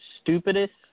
stupidest